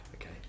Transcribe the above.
Okay